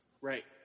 Right